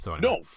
no